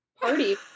party